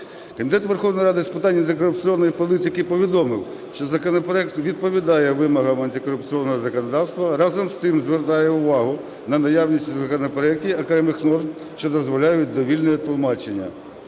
Комітет Верховної Ради з питань антикорупційної політики повідомив, що законопроект відповідає вимогам антикорупційного законодавства, разом з тим звертає увагу на наявність у законопроекті окремих норм, що дозволяють довільне тлумачення.